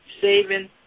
Saving